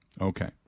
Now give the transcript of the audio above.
Okay